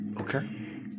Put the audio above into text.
okay